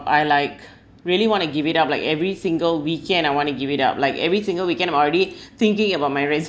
I like really wanna give it up like every single weekend I wanna give it up like every single weekend I'm already thinking about my